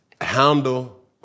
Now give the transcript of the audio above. handle